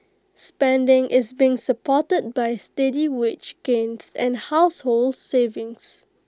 spending is being supported by steady wage gains and household savings